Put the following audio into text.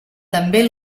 també